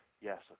yes